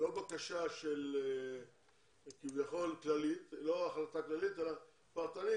בקשה כביכול כללית, לא החלטה כללית אלא פרטנית.